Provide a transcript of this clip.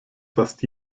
fast